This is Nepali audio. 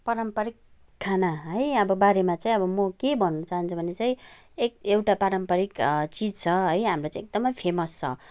पारम्पारिक खाना है अब बारेमा चाहिँ अब म के भन्नु चाहन्छु भने चाहिँ एक एउटा पारम्पारिक चिज छ है हाम्रोमा चाहिँ एकदमै फेमस छ